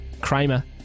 Kramer